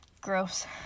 gross